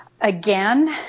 Again